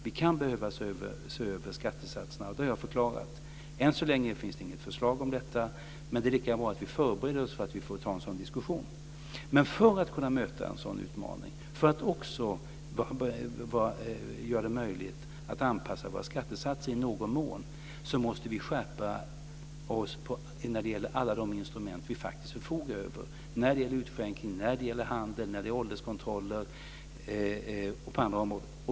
Vi kan behöva se över skattesatserna. Det har jag förklarat. Än så länge finns det inte något förslag om detta, men det är lika bra att vi förbereder oss på att vi får ta en sådan diskussion. För att kunna möta en sådan utmaning och göra det möjligt att anpassa våra skattesatser i någon mån måste vi skärpa alla de instrument vi faktiskt förfogar över, när det gäller utskänkning, handel, ålderskontroller och annat.